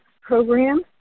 program